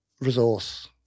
resource